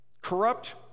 Corrupt